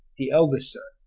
the eldest son,